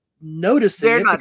noticing